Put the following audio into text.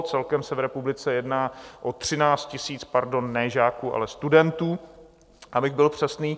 Celkem se v republice jedná o 13 000, pardon, ne žáků, ale studentů, abych byl přesný.